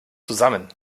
zusammen